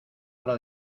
hora